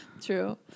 True